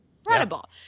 Incredible